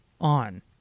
on